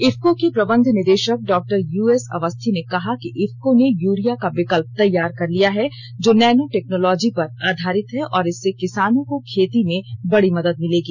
इफ्को के प्रबंध निदेशक डॉ यूएस अवस्थी ने कहा कि इफ्को ने यूरिया का विकल्प तैयार कर लिया है जो नैनो टेक्नोलॉजी पर आधारित है और इससे किसानों को खेती में बडी मदद मिलेगी